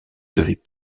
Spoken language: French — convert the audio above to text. devaient